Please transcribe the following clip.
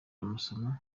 amasomo